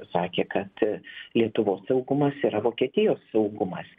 sakė kad lietuvos saugumas yra vokietijos saugumas